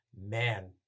man